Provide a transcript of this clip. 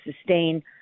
sustain